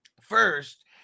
first